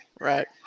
right